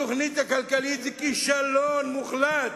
התוכנית הכלכלית זה כישלון מוחלט.